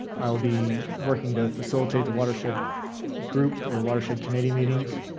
i'll be working to facilitate the watershed group or watershed committee meetings,